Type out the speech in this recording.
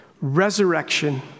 resurrection